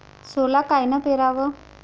सोला कायनं पेराव?